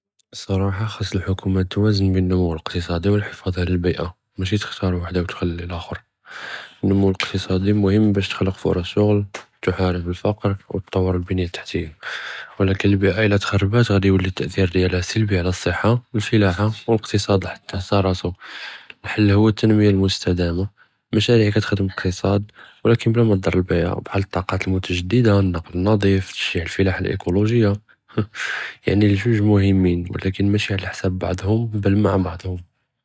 אִלסַרָאחה, חֻסּ אלחֻכּוּמה תַווַזוּן בין אלנמוּו אלאקּתסאדי ו אלחִפּاظ עלא אלבִּיאה, מאשי תֶחְתַאר וחדה, ו תִחְלִי לאח'רה. אלנמוּו אלאקּתסאדי מֻהמּ בּאש תִخلֶק פֻרַס שֻغل, תְחַארֶב אלפקר, ו תּוּר אלבִּנְיַה תַחתיה. ו ولكין אלבִּיאה אִלא תְחַרבּת ג'אדי יולי אלתא'תיר דיאלהא סַלְבּי עלא אלסחיה, אלפלחה, ו אלאקּתסאד חתה ראסו, אלחַל הו אלתַנמיה אלמֻסתדָמה, מַשַארִיע כיתחדמ אלאקּתסאד ו ولكין בלא מא דַר אלבִּיאה, בחאל אלטַּاقات אלמתג'דֵדה, אלנֻקל אלנָצִיף, תַשְגִ'ע אלפלחה אִלקוֹלוֹגִיָה, יַעני לזוּג מֻהִימִין ו لكن מאשי עלא חסַאב בעְד-הם, בַּל מע בעְד-הם.